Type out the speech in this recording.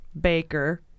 Baker